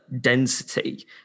density